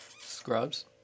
Scrubs